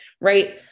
right